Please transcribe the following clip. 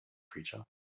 creature